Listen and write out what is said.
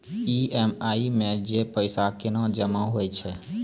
EMI मे जे पैसा केना जमा होय छै?